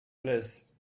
place